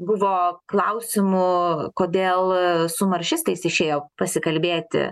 buvo klausimų kodėl su maršistais išėjo pasikalbėti